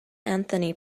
anthony